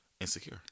insecure